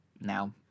now